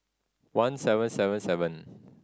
one seven seven seven